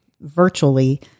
virtually